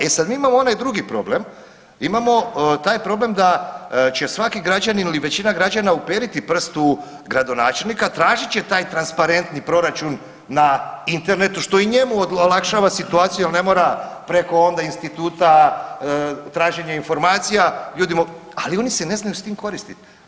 E sad, mi imamo onaj drugi problem, imamo taj problem da će svaki građanin ili većina građana uperiti prst u gradonačelnika, tražit će taj transparentni proračun na internetu, što i njemu olakšava situaciju jel ne mora preko onda instituta traženja informacija, ali oni se ne znaju s tim koristit.